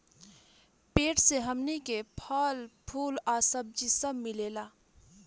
पेड़ से हमनी के फल, फूल आ सब्जी सब मिलेला